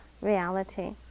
reality